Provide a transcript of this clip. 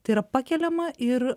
tai yra pakeliama ir